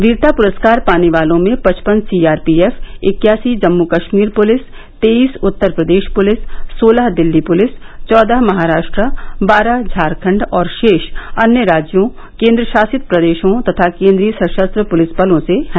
वीरता पुरस्कार पाने वालों में पचपन सीआरपीएफ इक्यासी जम्मू कश्मीर पुलिस तेईस उत्तरप्रदेश पुलिस सोलह दिल्ली पुलिस चौदह महाराष्ट्र बारह झारखंड और शेष अन्य राज्यों केंद्रशासित प्रदेशों तथा केंद्रीय सशस्त्र पुलिस बलों से हैं